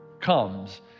comes